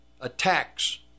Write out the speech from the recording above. attacks